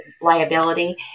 liability